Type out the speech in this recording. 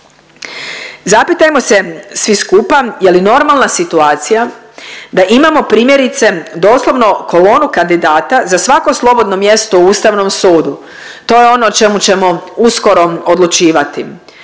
Zapitajmo se svi skupa je li normalna situacija da imao primjerice doslovno kolonu kandidata za svako slobodno mjesto u Ustavnom sudu, to je ono o čemu ćemo uskoro odlučivati